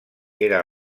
era